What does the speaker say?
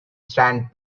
sand